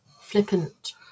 Flippant